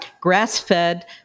grass-fed